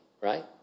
right